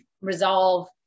resolve